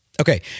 Okay